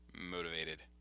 motivated